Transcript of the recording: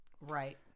Right